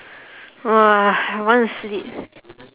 !wah! I want to sleep